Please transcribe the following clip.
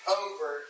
over